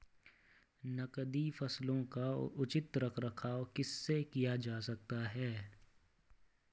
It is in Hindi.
नकदी फसलों का उचित रख रखाव कैसे किया जा सकता है?